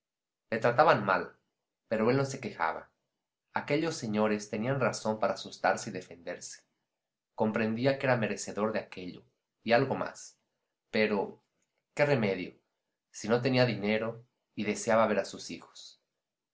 le trataban mal pero él no se quejaba aquellos señores tenían razón para asustarse y defenderse comprendía que era merecedor de aquello y algo más pero qué remedio si no tenía dinero y deseaba ver a sus hijos